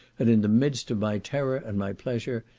and in the midst of my terror and my pleasure,